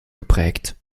geprägt